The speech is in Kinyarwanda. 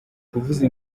kuvuza